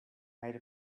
made